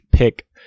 pick